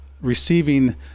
receiving